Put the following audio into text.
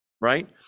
right